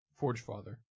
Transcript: Forgefather